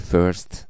First